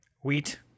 Wheat